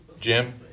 Jim